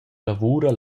lavura